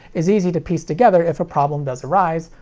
is easy to piece together if a problem does arise,